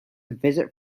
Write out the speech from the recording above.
visit